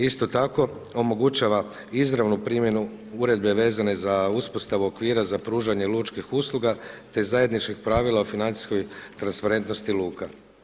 Isto tako omogućava izravnu primjenu uredbe vezane za uspostavu okvira za pružanje lučkih usluga te zajedničkih pravila financijskoj transparentnosti luka.